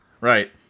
Right